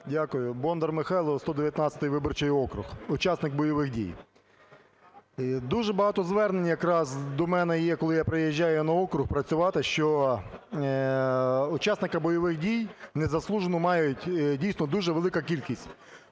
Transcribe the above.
Дякую. Бондар Михайло, 119 виборчий округ, учасник бойових дій. Дуже багато звернень якраз до мене є, коли я приїжджаю на округ працювати, що учасника бойових дій незаслужено мають, дійсно, дуже велика кількість.